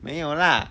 没有 lah